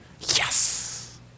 Yes